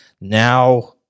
Now